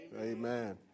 Amen